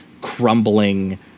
crumbling